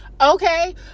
Okay